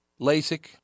LASIK